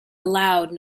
loud